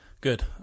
Good